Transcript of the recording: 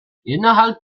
innerhalb